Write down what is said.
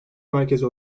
merkezi